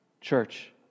Church